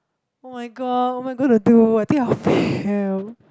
[oh]-my-god what am I gonna do I think I'll fail